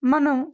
మనం